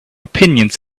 opinions